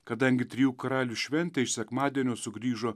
kadangi trijų karalių šventė iš sekmadienio sugrįžo